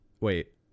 Wait